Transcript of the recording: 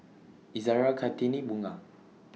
Izzara Kartini Bunga